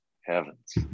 heavens